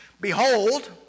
Behold